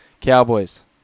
Cowboys